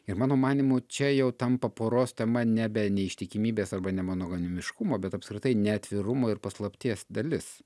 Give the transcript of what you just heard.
ir mano manymu čia jau tampa poros tema nebe neištikimybės arba nemonoganimiškumo bet apskritai neatvirumo ir paslapties dalis